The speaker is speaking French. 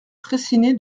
fraissinet